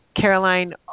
Caroline